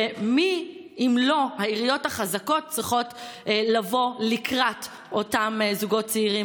ומי אם לא העיריות החזקות צריכות לבוא לקראת אותם זוגות צעירים,